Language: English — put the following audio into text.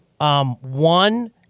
one